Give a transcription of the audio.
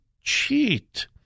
cheat